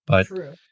True